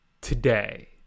today